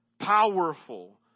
powerful